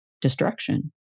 destruction